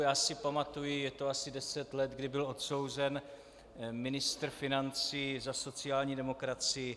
Já si pamatuji, je to asi deset let, kdy byl odsouzen ministr financí za sociální demokracii.